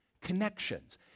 connections